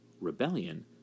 rebellion